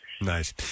Nice